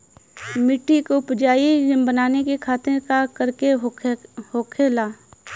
मिट्टी की उपजाऊ बनाने के खातिर का करके होखेला?